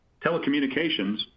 telecommunications